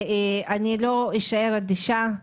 ולא אשאר אדישה.